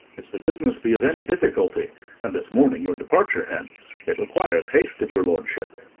if the business be of any difficulty and this morning your departure hence, it requires haste of your lordship.